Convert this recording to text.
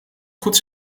goed